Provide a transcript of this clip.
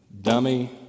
dummy